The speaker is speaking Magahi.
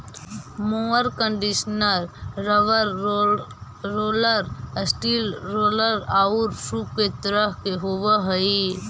mower conditioner rubber roller, steel roller औउर सूप के तरह के होवऽ हई